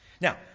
Now